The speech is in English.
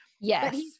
Yes